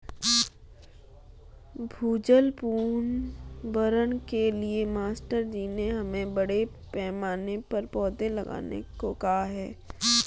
भूजल पुनर्भरण के लिए मास्टर जी ने हमें बड़े पैमाने पर पौधे लगाने को कहा है